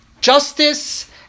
justice